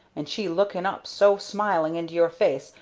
and she looking up so smiling into your face,